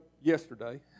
yesterday